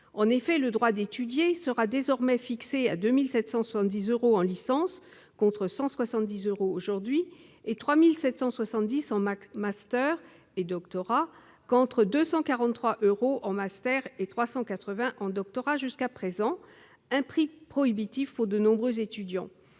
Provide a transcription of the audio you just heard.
En effet, le droit d'étudier sera désormais fixé à 2 770 euros en licence, contre 170 euros aujourd'hui, et à 3 770 euros en master et en doctorat, contre 243 euros en master et 380 euros en doctorat aujourd'hui, soit un prix prohibitif pour de nombreux étudiants.